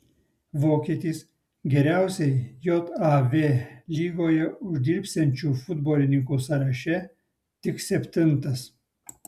vokietis geriausiai jav lygoje uždirbsiančių futbolininkų sąraše tik septintas